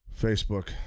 Facebook